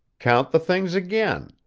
count the things again,